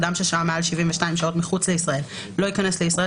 אדם ששהה מעל 72 שעות מחוץ לישראל לא יכנס לישראל